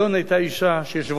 שיושבת-ראש הכנסת היתה אשה,